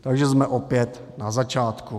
Takže jsme opět na začátku.